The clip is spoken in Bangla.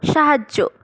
সাহায্য